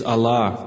Allah